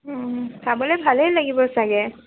চাবলে ভালেই লাগিব চাগে